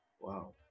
wow